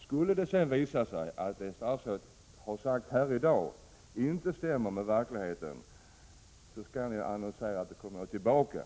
Skulle det sedan visa sig att det som statsrådet har sagt här i dag inte stämmer med verkligheten återkommer jag.